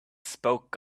spoke